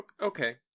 okay